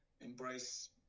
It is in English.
embrace